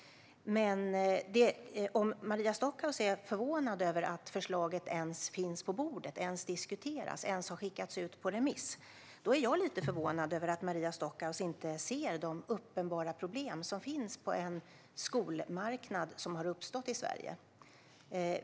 Om Maria Stockhaus är förvånad över att förslaget ens finns på bordet, ens diskuteras, ens har skickats ut på remiss, då är jag lite förvånad över att Maria Stockhaus inte ser de uppenbara problem som finns på den skolmarknad som har uppstått i Sverige.